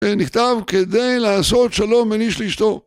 שנכתב כדי לעשות שלום בן איש לאשתו.